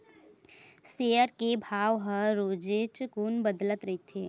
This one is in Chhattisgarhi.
सेयर के भाव ह रोजेच कुन बदलत रहिथे